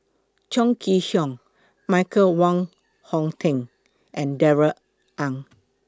Chong Kee Hiong Michael Wong Hong Teng and Darrell Ang